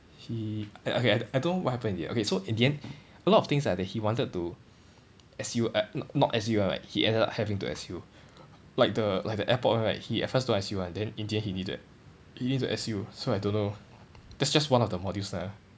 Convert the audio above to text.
he I okay I I don't know what happen in the end okay so in the end a lot of things that he wanted to S_U uh not S_U one right he ended up having to S_U like the like the airport one right he at first don't S_U [one] then in the end he needed he need to S_U so I don't know that's just one of the modules lah